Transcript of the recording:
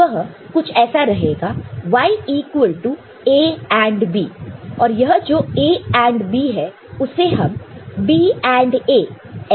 वह कुछ ऐसा रहेगा Y equal to A AND B और यह जो A AND B है उसे हम B AND A ऐसे भी लिख सकते हैं